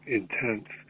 intense